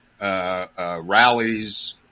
rallies